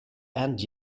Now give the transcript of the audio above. and